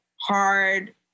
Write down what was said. Hard